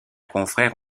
confrère